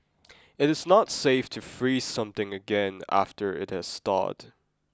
it is not safe to freeze something again after it has thawed